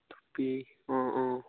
টুপী অঁ অঁ